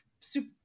super